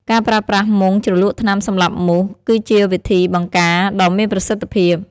ការប្រើប្រាស់មុងជ្រលក់ថ្នាំសម្លាប់មូស គឺជាវិធីបង្ការដ៏មានប្រសិទ្ធភាព។